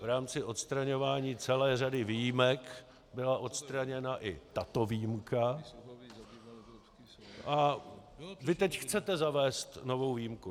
V rámci odstraňování celé řady výjimek byla odstraněna i tato výjimka a vy teď chcete zavést novou výjimku.